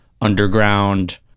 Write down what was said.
underground